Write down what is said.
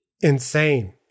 insane